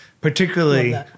Particularly